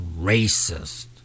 racist